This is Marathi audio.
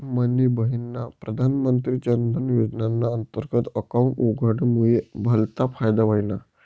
मनी बहिनना प्रधानमंत्री जनधन योजनाना अंतर्गत अकाउंट उघडामुये भलता फायदा व्हयना